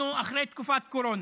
אנחנו אחרי תקופת קורונה.